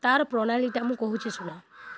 ତାର ପ୍ରଣାଳୀଟା ମୁଁ କହୁଛି ଶୁଣ